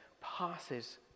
passes